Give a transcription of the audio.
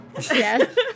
Yes